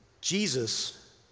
Jesus